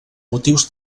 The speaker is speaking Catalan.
motius